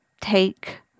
take